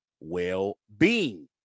well-being